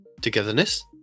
Togetherness